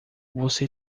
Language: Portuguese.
você